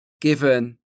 given